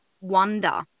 wonder